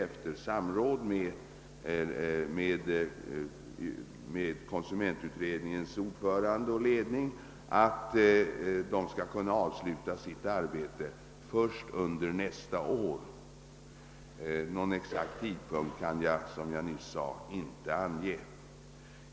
Efter samråd med konsumentutredningens ordförande och ledning räknar jag med att de skall kunna avsluta sitt arbete först under nästa år. Någon exakt tidpunkt kan jag inte ange.